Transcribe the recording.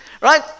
Right